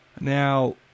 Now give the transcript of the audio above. Now